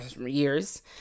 years